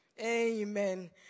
amen